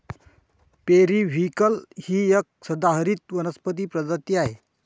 periwinkle ही एक सदाहरित वनस्पती प्रजाती आहे